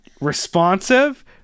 responsive